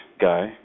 guy